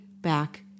back